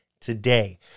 today